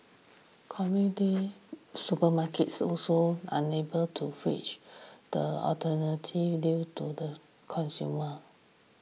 supermarkets also unable to the alternatives due to the consumers